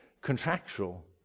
contractual